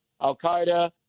al-Qaeda